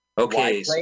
Okay